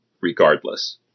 regardless